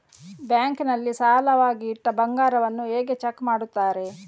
Bank ನಲ್ಲಿ ಸಾಲವಾಗಿ ಇಟ್ಟ ಬಂಗಾರವನ್ನು ಹೇಗೆ ಚೆಕ್ ಮಾಡುತ್ತಾರೆ?